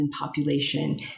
population